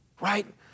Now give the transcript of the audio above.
right